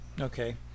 Okay